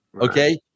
Okay